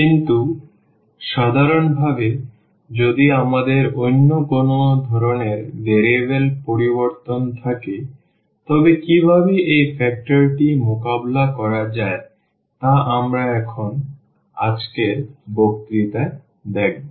কিন্তু সাধারণভাবে যদি আমাদের অন্য কোনও ধরণের ভেরিয়েবল পরিবর্তন থাকে তবে কীভাবে এই ফ্যাক্টরটি মোকাবেলা করা যায় তা আমরা এখন আজকের বক্তৃতায় দেখব